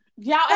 Y'all